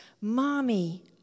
mommy